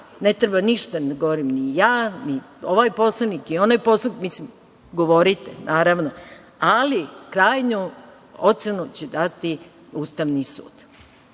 ne treba ništa da govorim, ni ja, ni ovaj poslanik, ni onaj poslanik. Govorite, naravno, ali krajnju ocenu će dati Ustavni sud.